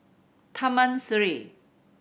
Taman Sireh